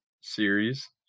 series